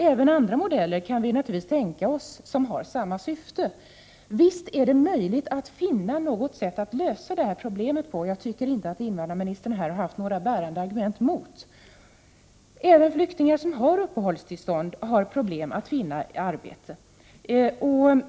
Även andra modeller som har samma syfte kan vi naturligtvis tänka oss. Visst är det möjligt att finna något sätt att lösa det här problemet; jag tycker inte att invandrarministern här har redovisat några bärande argument emot. Även flyktingar som har uppehållstillstånd har problem att finna arbete.